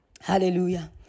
Hallelujah